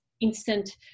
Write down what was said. instant